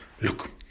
look